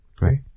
right